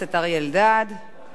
בבקשה, עוברים להצבעה.